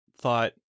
thought